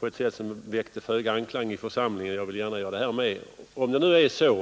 på ett sätt som väckte föga anklang i församlingen, och jag vill gärna göra det här med.